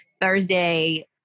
Thursday